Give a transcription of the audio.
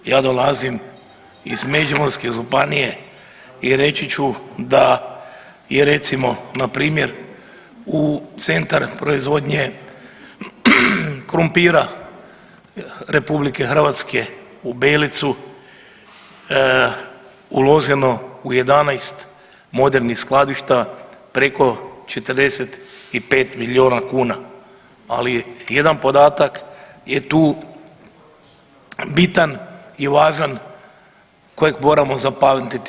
Ja dolazim iz Međimurske županije i reći ću da je recimo npr. u Centar proizvodnje krumpira RH u Belici uloženo u 11 modernih skladišta preko 45 milijuna kuna, ali jedan podatak je tu bitan i važan kojeg moramo zapamtiti.